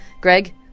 Greg